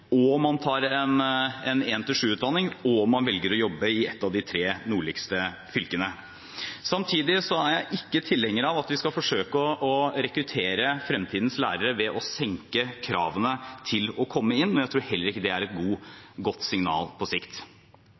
tar en utdanning for 1.–7. trinn og velger å jobbe i et av de tre nordligste fylkene. Samtidig er jeg ikke tilhenger av at vi skal forsøke å rekruttere fremtidens lærere ved å senke kravene for å komme inn. Jeg tror heller ikke det er et godt signal på sikt.